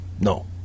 no